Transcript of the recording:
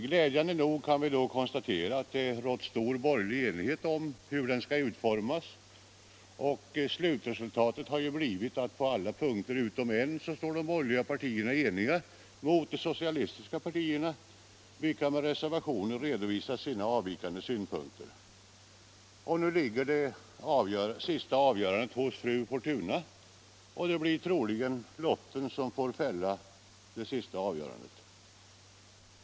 Glädjande nog kan vi då konstatera att det rått stor borgerlig enighet om hur den skall utformas, och slutresultatet har blivit att på alla punkter utom en står de borgerliga partierna eniga mot de socialistiska partierna, vilka med reservationer redovisat sina avvikande synpunkter. Nu ligger det sista avgörandet hos fru Fortuna; och det blir troligen lotten som får fälla det sista avgörandet.